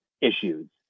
issues